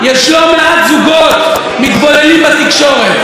יש לא מעט זוגות מתבוללים בתקשורת,